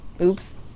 oops